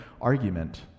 argument